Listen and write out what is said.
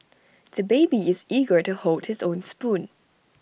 the baby is eager to hold his own spoon